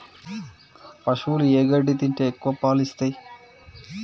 పశువులు ఏ గడ్డి తింటే ఎక్కువ పాలు ఇస్తాయి?